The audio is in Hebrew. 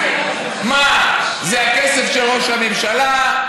מה, זה הכסף של ראש הממשלה?